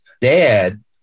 dad